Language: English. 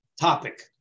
topic